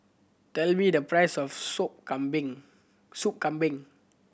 tell me the price of Sop Kambing Sop Kambing